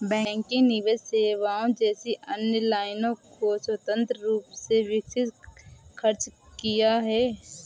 banking निवेश सेवाओं जैसी अन्य लाइनों को स्वतंत्र रूप से विकसित खर्च किया है